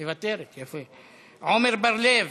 מוותרת, יפה, עמר בר-לב,